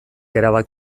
erabat